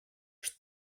что